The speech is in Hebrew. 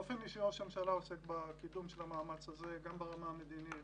באופן אישי ראש הממשלה עוסק בקידום של המאמץ הזה גם ברמה המדינית,